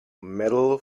metal